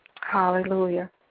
Hallelujah